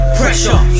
pressure